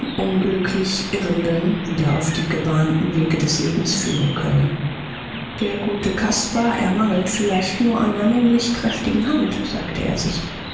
unglücklich irrenden wieder auf die gebahnten wege des lebens führen könne der gute caspar ermangelt vielleicht nur einer männlich kräftigen hand sagte er sich